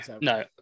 no